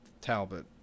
Talbot